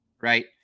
right